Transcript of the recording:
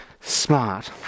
smart